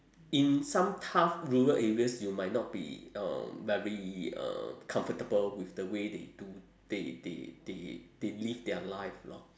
in some tough rural areas you might not be um very uh comfortable with the way they do they they they they live their life lor